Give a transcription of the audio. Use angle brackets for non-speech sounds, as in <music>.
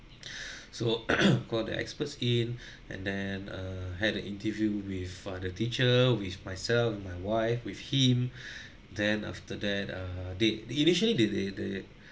<breath> so <coughs> call the experts in <breath> and then uh had an interview with ah the teacher with myself with my wife with him <breath> then after that err they they initially they they they